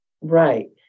Right